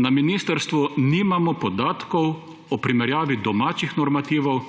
»Na ministrstvu nimamo podatkov o primerjavi domačih normativov